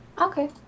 Okay